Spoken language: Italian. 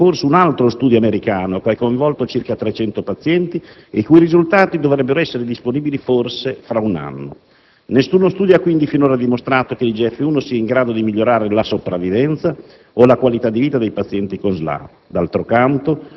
Attualmente è in corso un altro studio americano, che ha coinvolto circa 300 pazienti, i cui risultati dovrebbero essere disponibili forse tra un anno. Nessuno studio ha quindi finora dimostrato che l'IGF-1 sia in grado di migliorare la sopravvivenza o la qualità di vita dei pazienti con SLA: